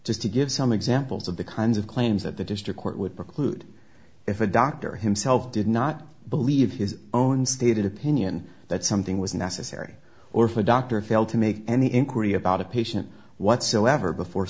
just to give some examples of the kinds of claims that the district court would preclude if a doctor himself did not believe his own stated opinion that something was necessary or for dr phil to make any inquiry about a patient whatsoever before